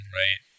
right